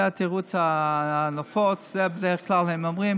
זה התירוץ הנפוץ, זה בדרך כלל מה שהם אומרים.